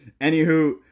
Anywho